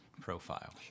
profile